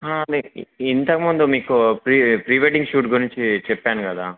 మీ ఇంతక ముందు మీకు ప్రీ ప్రీ వెడ్డింగ్ షూట్ గురించి చెప్పాను కదా